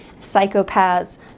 psychopaths